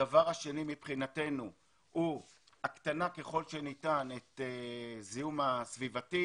הדבר השני מבחינתנו הוא להקטין ככל שניתן את הזיהום הסביבתי.